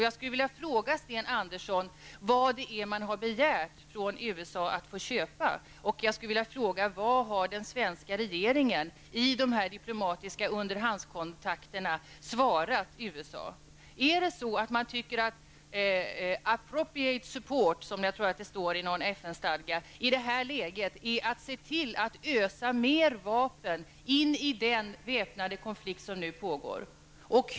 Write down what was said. Jag vill fråga Sten Andersson vad man från USA har begärt att få köpa. Vad har den svenska regeringen svarat USA i dessa diplomatiska underhandskontakter? Anser regeringen att ''appropriate support'', som jag tror det står i någon FN-stadga, i detta läge är att se till att ösa mer vapen in i den väpnade konflikt som nu pågår?